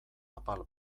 apal